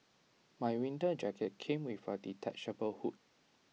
my winter jacket came with A detachable hood